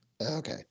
Okay